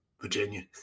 Virginia